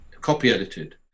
copy-edited